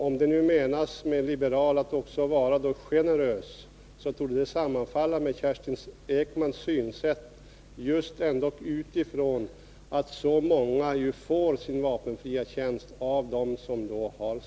Om med liberal menas = att också vara generös, så torde det sammanfalla med Kerstin Ekmans Översyn av vapensynsätt att så många av dem som har sökt vapenfritjänst också fått sådan.